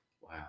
wow